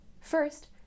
First